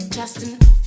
Justin